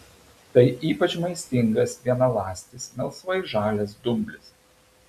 tai ypač maistingas vienaląstis melsvai žalias dumblis